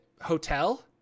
hotel